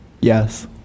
Yes